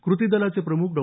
कृती दलाचे प्रमुख डॉ